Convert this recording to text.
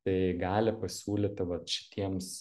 tai gali pasiūlyti vat šitiems